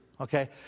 okay